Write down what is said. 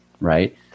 right